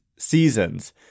seasons